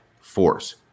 force